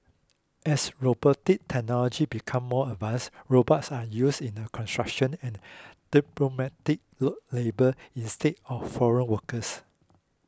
as robotic technology becomes more advanced robots are used in construction and load labour instead of foreign workers